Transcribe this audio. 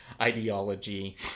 ideology